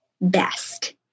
best